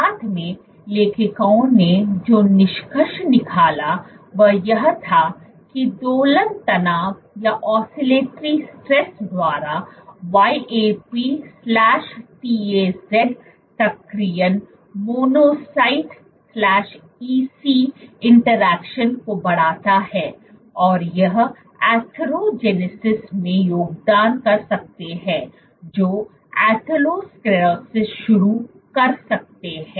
साथ में लेखकों ने जो निष्कर्ष निकाला वह यह था कि दोलन तनाव द्वारा YAP TAZ सक्रियण मोनोसाइट EC इंटरैक्शन को बढ़ाता है और ये एथेरोजेनेसिस में योगदान कर सकते हैं जो एथेरोस्क्लेरोसिस शुरू कर सकते हैं